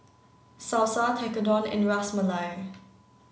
Salsa Tekkadon and Ras Malai